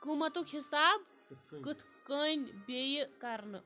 قۭمَتُک حِساب کِتھ کٔنۍ بیٚیہِ کَرنہٕ